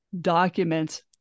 documents